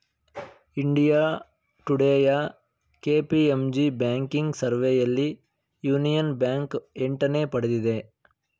India ಟುಡೇಯ KPMG banking ಸರ್ವೆಯಲ್ಲಿ Union Bank ಎಂಟನೇ ಪಡೆದಿದೆ